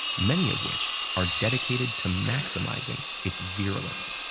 many of which are dedicated to maximizing its virulence.